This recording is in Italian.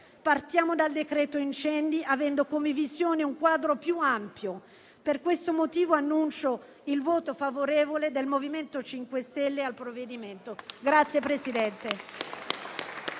Partiamo dal decreto-legge incendi avendo come visione un quadro più ampio. Per questo motivo annuncio il voto favorevole del MoVimento 5 Stelle al provvedimento